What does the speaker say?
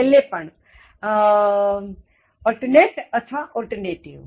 છેલ્લે પણ હું ઉચ્ચાર નહીં કરું